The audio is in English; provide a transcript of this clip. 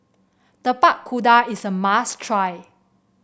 Tapak Kuda is a must try